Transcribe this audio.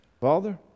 Father